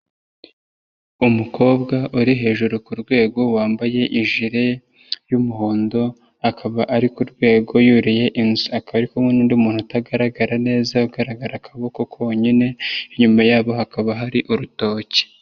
Umukobwa uri hejuru ku rwego wambaye ijele y'umuhondo, akaba ari ku rwego yuye inzu. Akaba ari kumwe n'undi muntu utagaragara neza, ugaragara akaboko konyine, inyuma yabo hakaba hari urutoki.